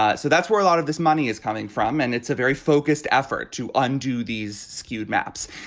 ah so that's where a lot of this money is coming from and it's a very focused effort to undo these skewed maps.